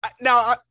now